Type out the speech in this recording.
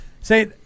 Say